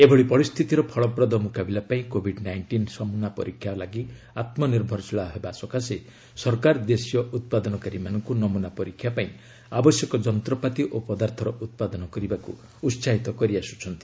ଏଭଳି ପରିସ୍ଥିତିର ଫଳପ୍ରଦ ମୁକାବିଲା ପାଇଁ କୋଭିଡ୍ ନାଇଷ୍ଟିନ୍ ନମୁନା ପରୀକ୍ଷା ଲାଗି ଆତ୍ମ ନିର୍ଭରଶୀଳ ହେବା ସକାଶେ ସରକାର ଦେଶୀୟ ଉତ୍ପାଦନକାରୀମାନଙ୍କୁ ନମୁନା ପରୀକ୍ଷା ପାଇଁ ଆବଶ୍ୟକ ଯନ୍ତ୍ରପାତି ଓ ପଦାର୍ଥର ଉତ୍ପାଦନ କରିବାକୁ ଉତ୍ସାହିତ କରିଆସୁଛନ୍ତି